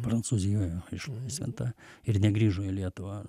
prancūzijoje išlaisvinta ir negrįžo į lietuvą